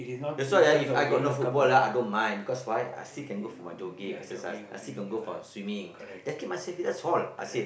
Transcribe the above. that's why ah If I got no football ah I don't mind because why I still can go for my jogging exercise I still can go for my swimming just keep myself fit that's all I said